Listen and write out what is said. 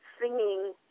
singing